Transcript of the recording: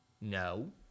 No